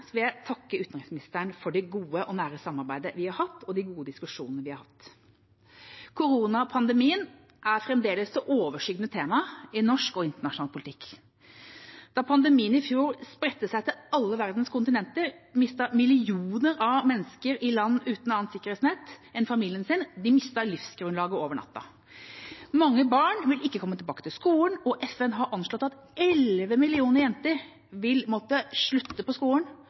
vil jeg takke utenriksministeren for det gode og nære samarbeidet vi har hatt, og de gode diskusjonene vi har hatt. Koronapandemien er fremdeles det overskyggende temaet i norsk og internasjonal politikk. Da pandemien i fjor spredte seg til alle verdens kontinenter, mistet millioner av mennesker i land uten annet sikkerhetsnett enn familien sin, livsgrunnlaget over natta. Mange barn vil ikke komme tilbake til skolen, og FN har anslått at 11 millioner jenter vil måtte slutte på skolen